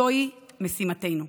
זוהי משימתנו.